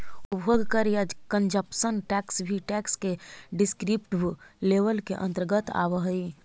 उपभोग कर या कंजप्शन टैक्स भी टैक्स के डिस्क्रिप्टिव लेबल के अंतर्गत आवऽ हई